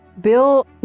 Bill